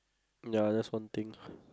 ya that's one thing